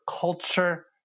culture